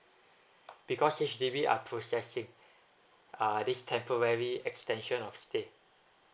because H_D_B are processing uh this temporary extension of stay